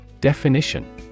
Definition